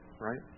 right